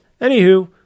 anywho